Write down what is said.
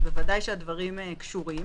אז בוודאי שהדברים קשורים.